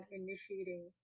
initiating